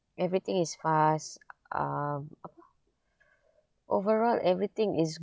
everything is fast um overall everything is